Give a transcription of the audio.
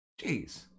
Jeez